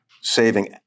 saving